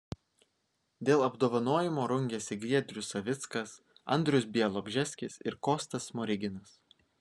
dėl apdovanojimo rungėsi giedrius savickas andrius bialobžeskis ir kostas smoriginas